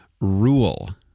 rule